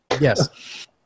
Yes